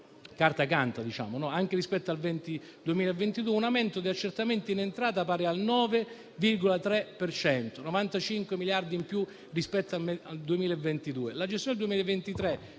carta canta - anche rispetto al 2022, un aumento di accertamenti in entrata pari al 9,3 per cento: 95 miliardi in più rispetto al 2022.